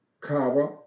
Kava